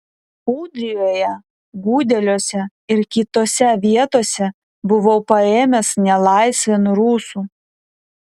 ūdrijoje gudeliuose ir kitose vietose buvau paėmęs nelaisvėn rusų